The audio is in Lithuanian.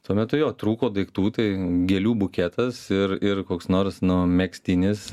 tuo metu jo trūko daiktų tai gėlių buketas ir ir koks nors nu megztinis